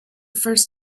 first